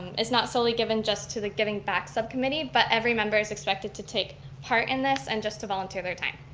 not solely given just to the giving back subcommittee, but every member is expected to take part in this and just to volunteer their time.